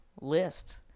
list